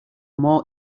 much